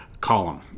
column